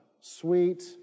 sweet